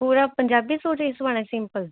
ਪੂਰਾ ਪੰਜਾਬੀ ਸੂਟ ਹੀ ਸਵਾਣਾ ਸਿੰਪਲ